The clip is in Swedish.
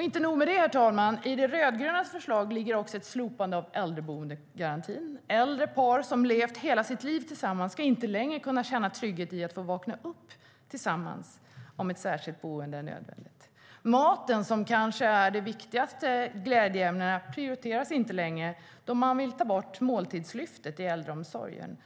Inte nog med det, herr talman, i de rödgrönas förslag ligger också ett slopande av äldreboendegarantin. Äldre par som levt hela sitt liv tillsammans ska inte längre kunna känna trygghet i att få vakna upp tillsammans om ett särskilt boende är nödvändigt. Maten, som kanske är en av de viktigaste glädjeämnena, prioriteras inte längre då man vill ta bort måltidslyftet i äldreomsorgen.